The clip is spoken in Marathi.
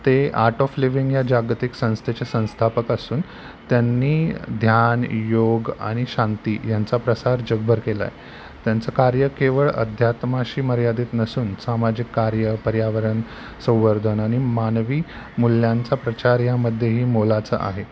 ते आर्ट ऑफ लिविंग या जागतिक संस्थेचे संस्थापक असून त्यांनी ध्यान योग आणि शांती यांचा प्रसार जगभर केला त्यांचं कार्य केवळ अध्यात्माशी मर्यादित नसून सामाजिक कार्य पर्यावरण संवर्धन आणि मानवी मूल्यांचा प्रचार यामध्येही मोलाचा आहे